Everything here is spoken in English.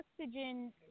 oxygen